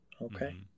Okay